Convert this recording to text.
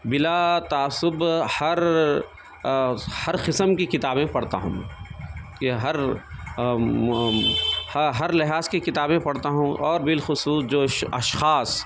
بلا تعصب ہر ہر قسم کی کتابیں پڑھتا ہوں یا ہر ہر لحاظ کی کتابیں پڑھتا ہوں اور بالخصوص جو اشخاص